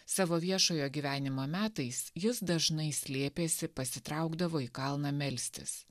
savo viešojo gyvenimo metais jis dažnai slėpėsi pasitraukdavo į kalną melstis